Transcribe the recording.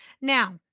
Now